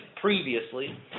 Previously